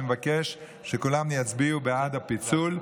ואני מבקש שכולם יצביעו בעד הפיצול,